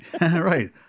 Right